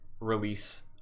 release